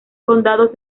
condado